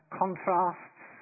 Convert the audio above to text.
contrasts